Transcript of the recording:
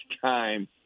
time